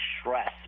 stress